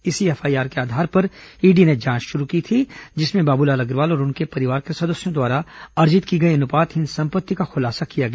इसी एफआईआर के आधार पर ईडी ने जांच शुरू की थी जिसमें बाबूलाल अग्रवाल और उनके परिवार के सदस्यों द्वारा अर्जित की गई अनुपातहीन संपत्ति का खुलासा किया गया